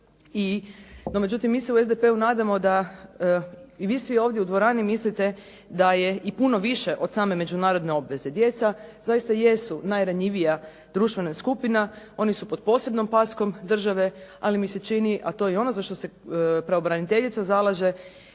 i, no međutim, mi se u SDP-u nadamo da i vi svi ovdje u dvorani mislite da je i puno više od same međunarodne obveze. Djeca zaista jesu najranjivija društvena skupina, oni su pod posebnom paskom države ali mi se čini a to je ono za što se pravobraniteljica zalaže